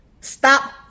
Stop